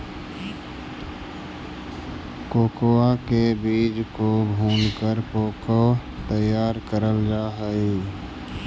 cocoa के बीज को भूनकर कोको तैयार करल जा हई